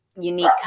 unique